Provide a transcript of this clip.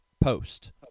post